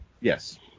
Yes